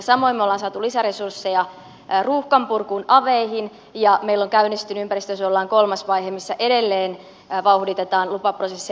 samoin me olemme saaneet lisäresursseja ruuhkan purkuun aveihin ja meillä on käynnistynyt ympäristönsuojelulain kolmas vaihe missä edelleen vauhditetaan lupaprosesseja